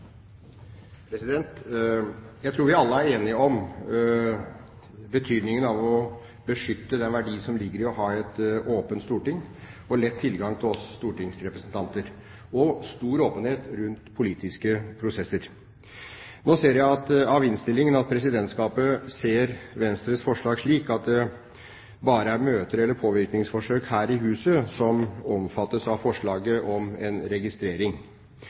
enige om betydningen av å beskytte den verdien som ligger i å ha et åpent storting og lett tilgang til oss stortingsrepresentanter, og betydningen av stor åpenhet rundt politiske prosesser. Nå ser jeg av innstillingen at Presidentskapet ser Venstres forslag slik at det bare er møter eller påvirkningsforsøk her i huset som omfattes av forslaget om en registrering.